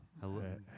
hello